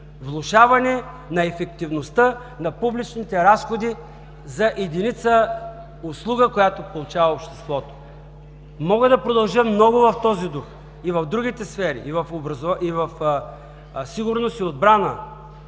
влошаване на ефективността на публичните разходи за единица услуга, която получава обществото. Мога да продължа много в този дух, и в другите сфери – в сигурност и отбрана,